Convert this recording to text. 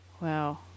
Wow